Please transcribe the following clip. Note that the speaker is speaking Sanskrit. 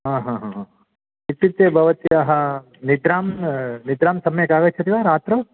हा हा हा हा इत्युक्ते भवत्याः निद्रा निद्रा सम्यक् आगच्छति वा रात्रौ